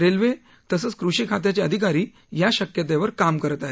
railway तसंच कृषी खात्याचे अधिकारी या शक्यतेवर काम करत आहे